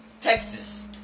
Texas